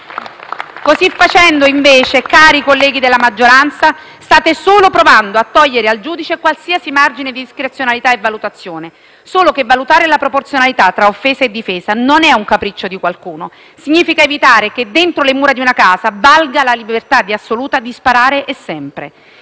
Così facendo, invece, cari colleghi della maggioranza, state solo provando a togliere al giudice qualsiasi margine di discrezionalità e valutazione. Solo che valutare la proporzionalità tra offesa e difesa non è un capriccio di qualcuno, significa evitare che dentro le mura di casa valga la libertà assoluta di sparare e sempre.